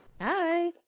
Hi